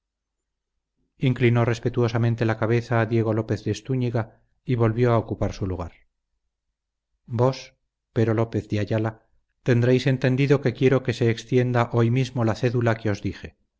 inclinó respetuosamente la cabeza diego lópez de stúñiga y volvió a ocupar su lugar vos pero lópez de ayala tendréis entendido que quiero que se extienda hoy mismo la cédula que os dije